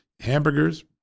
hamburgers